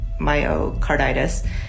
myocarditis